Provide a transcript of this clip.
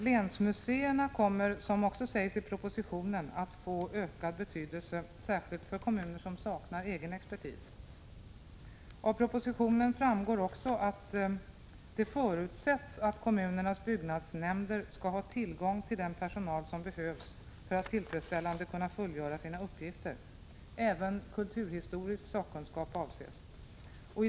Länsmuseerna kommer, som det sägs i propositionen, att få ökad betydelse — särskilt för kommuner som saknar egen expertis. Av propositionen framgår också att det förutsätts att kommunernas byggnadsnämnder skall ha tillgång till den personal som de behöver för att tillfredsställande kunna fullgöra sina uppgifter. Även kulturhistorisk sakkunskap avses.